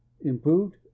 Improved